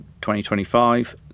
2025